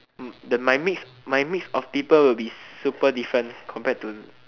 the my mix my mix of people will be super different compared to